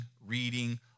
reading